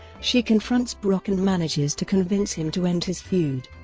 she confronts brock and manages to convince him to end his feud.